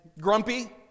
grumpy